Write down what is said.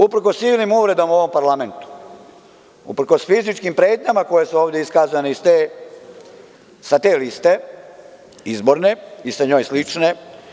Uprkos silnim uvredama u ovom parlamentu, uprkos fizičkim pretnjama koje su ovde iskazane sa te liste izborne i sa njoj slične.